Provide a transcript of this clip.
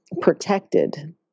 protected